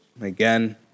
again